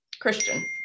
Christian